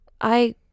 I